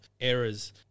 errors